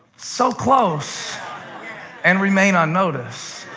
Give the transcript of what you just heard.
so close and remain ah unnoticed,